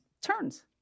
turns